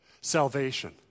salvation